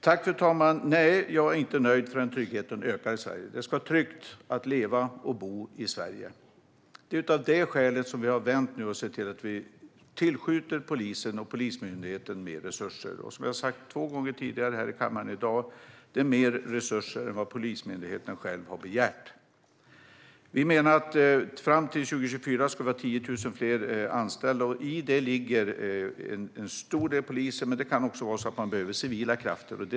Fru talman! Nej, jag är inte nöjd förrän tryggheten ökar i Sverige. Det ska vara tryggt att leva och bo i Sverige. Det är av detta skäl som vi har vänt och nu ser till att skjuta till mer resurser till polisen och Polismyndigheten. Som jag har sagt två gånger tidigare här i kammaren i dag: Det här är mer resurser än vad Polismyndigheten själv har begärt. Fram till 2024 ska vi ha 10 000 fler anställda. I det ligger en stor del poliser, men det kan också vara civila krafter som behövs.